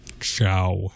ciao